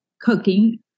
cooking